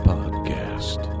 Podcast